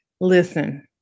Listen